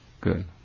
good